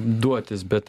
duotis bet